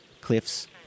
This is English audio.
cliffs